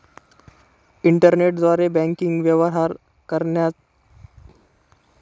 इंटरनेटद्वारे बँकिंग व्यवहार करण्याचा डिजिटल मार्ग आहे